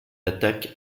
attaque